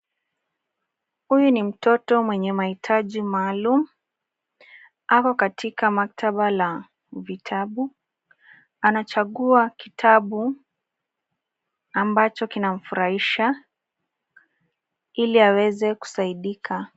Huyu ni mtoto mwenye mahitaji maalum. Ako katika maktaba la vitabu . Anachagua kitabu ambacho kinamfurahisha ili aweze kusaidika.